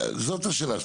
זאת השאלה.